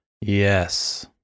yes